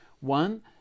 One